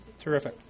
Terrific